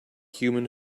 human